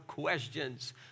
Questions